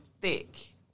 thick